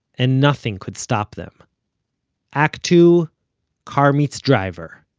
and nothing could stop them act two car meets driver.